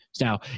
Now